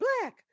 black